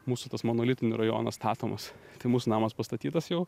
mūsų tas monolitinių rajonas statomas tai mūsų namas pastatytas jau